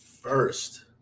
First